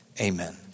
Amen